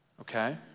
okay